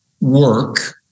work